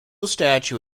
statue